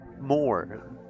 More